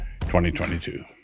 2022